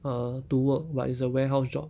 err to work but it's a warehouse job